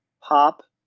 pop